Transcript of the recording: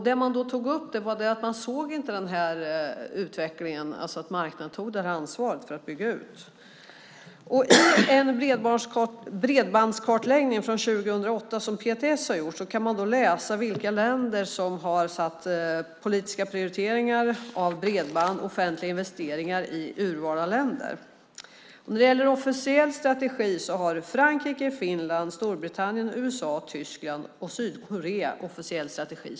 Det som togs upp vid träffen var att man inte såg att marknaden tog ansvaret för att bygga ut. I en bredbandskartläggning från 2008 som PTS har gjort kan man läsa vilka länder som har gjort politiska prioriteringar av bredband och offentliga investeringar. Frankrike, Finland, Storbritannien, USA, Tyskland och Sydkorea har en officiell strategi.